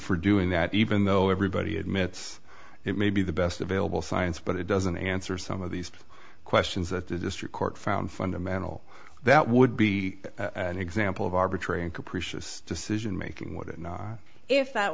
for doing that even though everybody admits it may be the best available science but it doesn't answer some of these questions that the district court found fundamental that would be an example of arbitrary and capricious decision making would it not if that